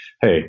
hey